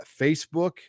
Facebook